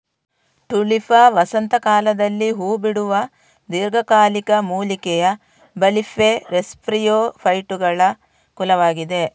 Tulipa ವಸಂತ ಕಾಲದಲ್ಲಿ ಹೂ ಬಿಡುವ ದೀರ್ಘಕಾಲಿಕ ಮೂಲಿಕೆಯ ಬಲ್ಬಿಫೆರಸ್ಜಿಯೋಫೈಟುಗಳ ಕುಲವಾಗಿದೆ